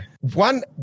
One